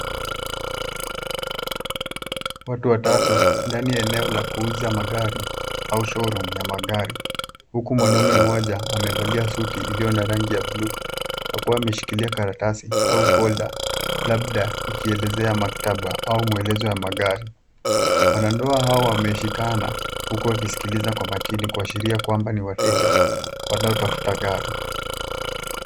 Watu watatu ndani ya eneo la kuuza magari au showroom ya magari huku mwanamue mmoja amevalia suti iliyo na rangi ya buluu akiwa ameshikilia karatasi au folda labda ikielezea maktaba au maelezo ya magari. Wanandoa hawa wameshikana huku wakisikilizakwa makini kuashiria kwamba ni wateja wanaotafuta gari.